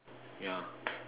yeah